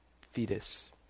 fetus